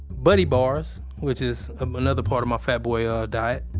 nutty bars, which is another part of my fat boy ah diet.